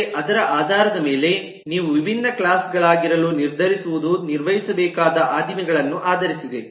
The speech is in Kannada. ಆದರೆ ಅದರ ಆಧಾರದ ಮೇಲೆ ನೀವು ವಿಭಿನ್ನ ಕ್ಲಾಸ್ ಗಳಾಗಿರಲು ನಿರ್ಧರಿಸುವುದು ನಿರ್ವಹಿಸಬೇಕಾದ ಆದಿಮಗಳನ್ನು ಆಧರಿಸಿದೆ